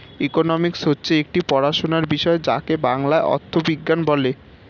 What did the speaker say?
economics হচ্ছে একটি পড়াশোনার বিষয় যাকে বাংলায় অর্থবিজ্ঞান বলে